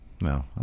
No